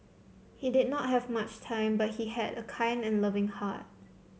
he did not have much time but he had a kind and loving heart